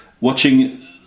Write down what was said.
watching